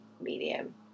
medium